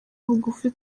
bugufi